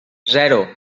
zero